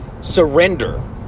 surrender